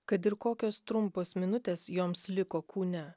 kad ir kokios trumpos minutės joms liko kūne